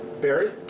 Barry